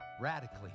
radically